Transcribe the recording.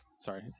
Sorry